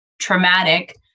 traumatic